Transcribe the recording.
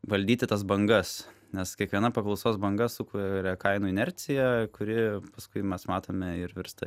valdyti tas bangas nes kiekviena paklausos banga sukuria kainų inerciją kuri paskui mes matome ir virsta